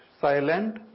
silent